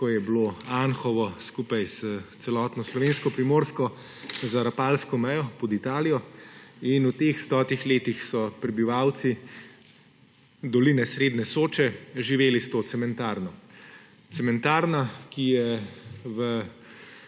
ko je bilo Anhovo skupaj s celotno slovensko Primorsko za Rapalsko mejo pod Italijo. In v teh stotih letih so prebivalci doline srednje Soče živeli s to cementarno. Cementarna, ki je v